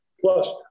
Plus